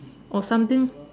or something